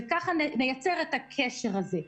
וככה נייצר את הקשר הזה.